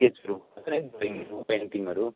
स्केचहरू पेन्टिङहरू